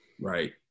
Right